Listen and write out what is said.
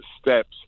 steps